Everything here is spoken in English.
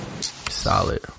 Solid